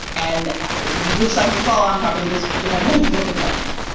and which side you fall on probably just depends on if you work at the bank um um